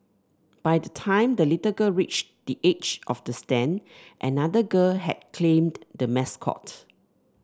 by the time the little girl reached the edge of the stand another girl had claimed the mascot